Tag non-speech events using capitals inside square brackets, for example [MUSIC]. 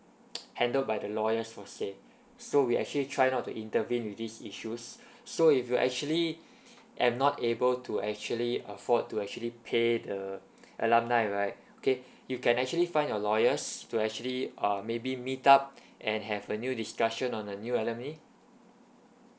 [NOISE] handled by the lawyers per se so we actually try not to intervene with these issues so if you are actually am not able to actually afford to actually pay the alimony right okay you can actually find your lawyers to actually uh maybe meet up and have a new discussion on a new alimony